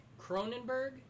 Cronenberg